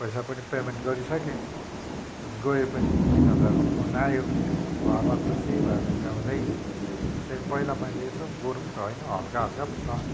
पैसा पनि पेमेन्ट गरिसकेँ अनि गयो पनि तिन हजारको फोन आयो अब घरमा खुसी भएर ल्याउँदै त्यहाँदेखि पैला मैले यसो गह्रौँ त होइन हल्का हल्का पो छ